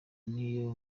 n’iyo